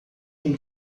com